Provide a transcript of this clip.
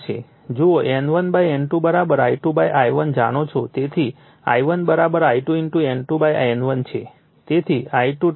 જુઓ N1 N2 I2 I1 જાણો છો તેથી I1 I2 × N2 N1 છે